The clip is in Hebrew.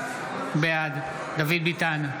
בעד דוד ביטן,